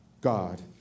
God